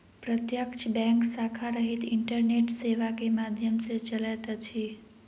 प्रत्यक्ष बैंक शाखा रहित इंटरनेट सेवा के माध्यम सॅ चलैत अछि